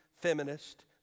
feminist